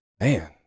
man